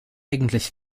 eigentlich